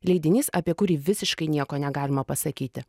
leidinys apie kurį visiškai nieko negalima pasakyti